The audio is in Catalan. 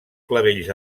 clavells